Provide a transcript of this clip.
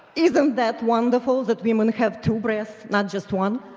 isn't that wonderful that women have two breasts, not just one?